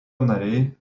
nariai